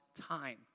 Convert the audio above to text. time